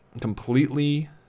completely